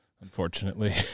Unfortunately